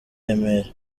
remera